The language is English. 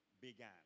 began